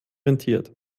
rentiert